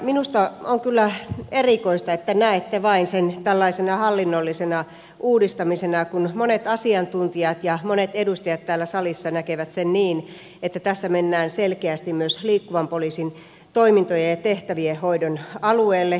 minusta on kyllä erikoista että näette sen vain tällaisena hallinnollisena uudistamisena kun monet asiantuntijat ja monet edustajat täällä salissa näkevät sen niin että tässä mennään selkeästi myös liikkuvan poliisin toimintojen ja tehtävien hoidon alueelle